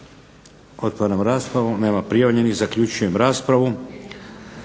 Otvaram raspravu. Nema prijavljenih. zaključujem raspravu.